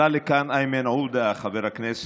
עלה לכאן איימן עודה, חבר הכנסת.